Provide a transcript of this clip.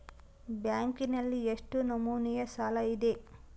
ಬ್ಯಾಂಕಿನಲ್ಲಿ ಎಷ್ಟು ನಮೂನೆ ಸಾಲ ಇದೆ?